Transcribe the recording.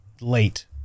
late